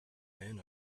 men